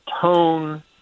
tone